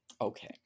Okay